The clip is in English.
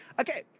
okay